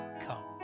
come